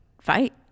fight